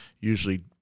usually